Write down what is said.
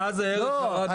מאז הערך ירד --- לא,